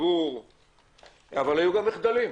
הציבור הזה.